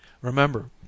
Remember